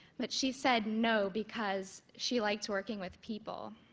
but she said no, because she liked working with people.